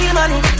money